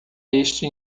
este